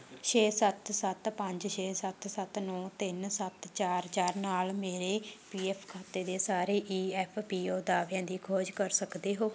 ਛੇ ਸੱਤ ਸੱਤ ਪੰਜ ਛੇ ਸੱਤ ਸੱਤ ਨੌ ਤਿੰਨ ਸੱਤ ਚਾਰ ਚਾਰ ਨਾਲ ਮੇਰੇ ਪੀਐੱਫ ਖਾਤੇ ਦੇ ਸਾਰੇ ਈ ਐੱਫ ਪੀ ਓ ਦਾਅਵਿਆਂ ਦੀ ਖੋਜ ਕਰ ਸਕਦੇ ਹੋ